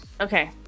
okay